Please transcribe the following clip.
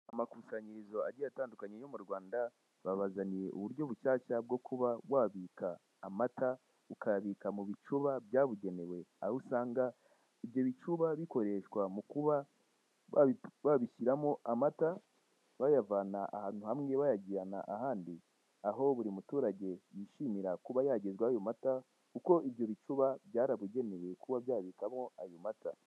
Amakusanyirizo agiye atandukanye yo mu Rwanda, babazaniye uburyo bushyashya bwo kuba wabika amata, ukayabika mu bicuba byabugenewe, aho usanga ibyo bicuba bikoreshwa mu kuba babishyiramo amata, bayavana ahantu hamwe bayajyana ahandi, aho buri muturage yishimira kuba yagezwa ayo mata kuko ibyo bicuba byarabugenewe kuba byabikwamo ayo mata.